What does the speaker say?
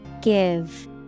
Give